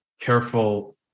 careful